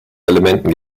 elementen